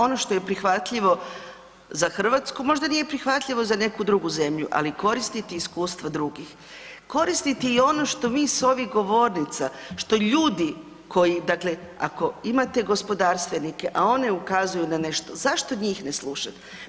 Ono što je prihvatljivo za Hrvatsku možda nije prihvatljivo za neku drugu zemlju, ali koristiti iskustva drugih, koristiti i ono što mi s ovih govornica što ljudi koji, dakle ako imate gospodarstvenike a one ukazuju na nešto zašto njih ne slušate.